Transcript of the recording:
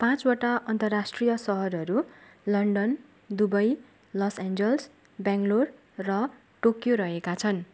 पाँचवटा अन्तराष्ट्रिय सहरहरू London Dubai Los Angeles Bangalore र टोकियो रहेका छन्